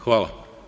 Hvala.